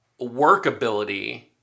workability